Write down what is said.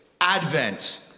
Advent